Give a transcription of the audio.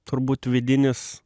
turbūt vidinis